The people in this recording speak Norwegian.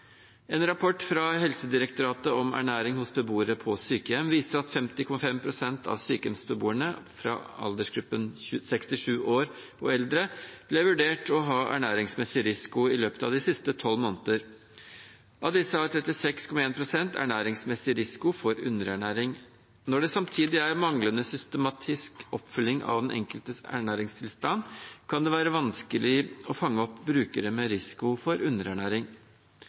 En rapport fra Helsedirektoratet om ernæring hos beboere på sykehjem viste at 50,5 pst. av sykehjemsbeboerne i aldersgruppen 67 år og eldre ble vurdert å ha en ernæringsmessig risiko i løpet av de siste tolv månedene. Av disse hadde 36,1 pst. en ernæringsmessig risiko for underernæring. Når det samtidig er manglende systematisk oppfølging av den enkeltes ernæringstilstand, kan det være vanskelig å fange opp brukere med risiko for underernæring.